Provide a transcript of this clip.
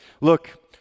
look